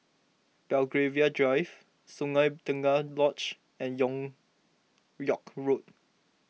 Belgravia Drive Sungei Tengah Lodge and York York Road